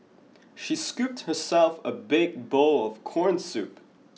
she scooped herself a big bowl of corn soup